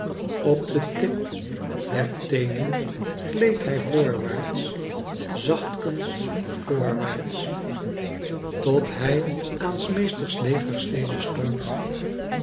op den tip der teenen gleed hij voorwaarts zachtkens voorwaarts tot hij aan s meesters legerstede stond